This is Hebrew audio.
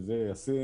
שזה יהיה ישים,